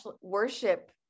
worship